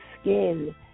skin